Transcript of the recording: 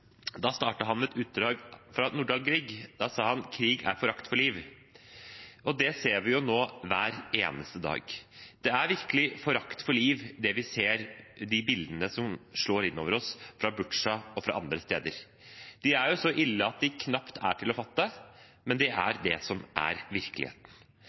han med et utdrag fra Nordahl Grieg: «Krig er forakt for liv.» Det ser vi nå hver eneste dag. Det er virkelig forakt for liv det vi ser på bildene som slår innover oss fra Butsja og fra andre steder. De er så ille at de knapt er til å fatte, men det er det som er virkeligheten.